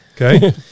Okay